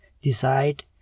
decide